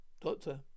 Doctor